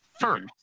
first